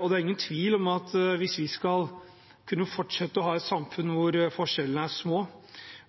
Og det er ingen tvil om at hvis vi skal kunne fortsette å ha et samfunn hvor forskjellene er små,